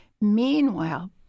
Meanwhile